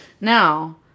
Now